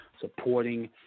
supporting